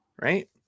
Right